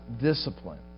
discipline